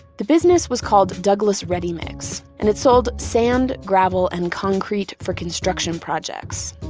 the business was called douglas redi-mix, and it sold sand, gravel, and concrete for construction projects.